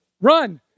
Run